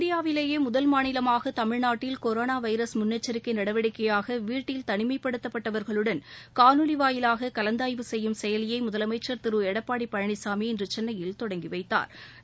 இந்தியாவிலேயே முதல் மாநிலமாக தமிழ்நாட்டில் னெரோனா வைரஸ் முன்னெச்சிக்கை நடவடிக்கையாக வீட்டில் தனிமைப்படுத்தப் பட்டவர்களுடன் காணொலி வாயிலாக கலந்தாய்வு செய்யும் செயலிய முதலமைச்ச் திரு எடப்பாடி பழனிசாமி இன்று சென்னையில் தொடங்கி வைத்தாா்